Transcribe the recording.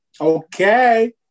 Okay